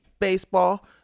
baseball